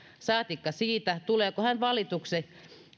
saatikka siitä tuleeko hän valituksi